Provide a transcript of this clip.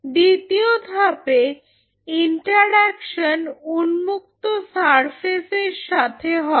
দ্বিতীয় ধাপের ইন্টারঅ্যাকশন উন্মুক্ত সারফেসের সাথে হবে